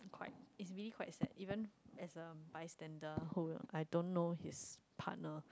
quite it's really quite sad even as a bystander who I don't know his partner